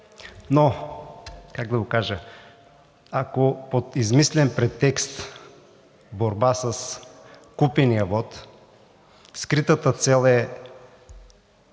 Но как да кажа, ако под измислен претекст борба с купения вот скритата цел е